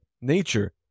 nature